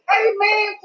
amen